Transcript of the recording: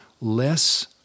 less